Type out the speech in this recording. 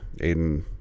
Aiden